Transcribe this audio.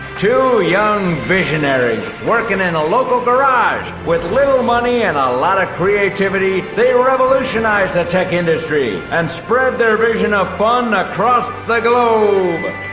two young visionaries, workin' in a local garage with little money and a lot of creativity, they revolutionized the tech industry and spread their vision of fun across the globe!